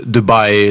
Dubai